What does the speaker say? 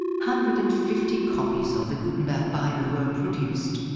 hundred and fifty copies of the gutenberg bible were produced.